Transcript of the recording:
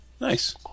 Nice